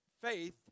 faith